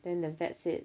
then the vet said